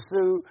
Sue